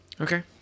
Okay